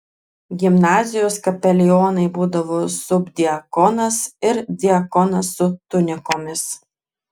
gimnazijos kapelionai būdavo subdiakonas ir diakonas su tunikomis